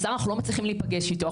השר, אנחנו לא מצליחים להיפגש איתו.